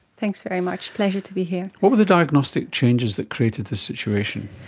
thanks very much, pleasure to be here. what were the diagnostic changes that created this situation?